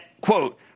quote